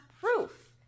proof